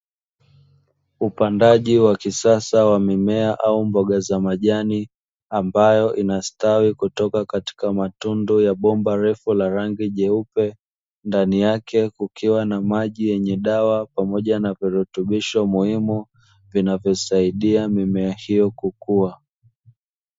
Upandaji wa kisasa wa mimea au mboga za majani, ambayo inastawi kutoka katika matundu ya bomba refu la rangi jeupe. Ndani yake kukiwa na maji yenye dawa pamoja na virutubisho muhimu vinavyosaidia mimea hiyo kukua.